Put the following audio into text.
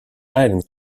island